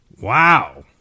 Wow